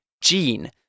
gene